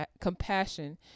compassion